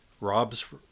Rob's